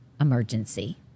emergency